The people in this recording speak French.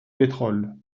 pétrole